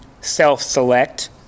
self-select